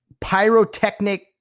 pyrotechnic